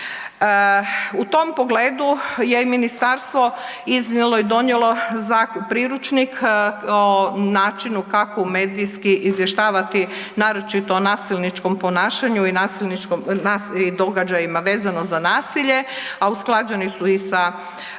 U tom pogledu je i ministarstvo iznijelo i donijelo priručnik o načinu kako medijski izvještavati, naročito o nasilničkom ponašanju i događajima vezano za nasilje, a usklađeni su i sa